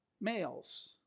males